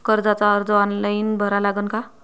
कर्जाचा अर्ज ऑनलाईन भरा लागन का?